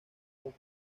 david